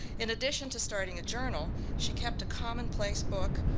in addition to starting a journal she kept a commonplace book,